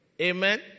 Amen